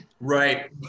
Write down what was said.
Right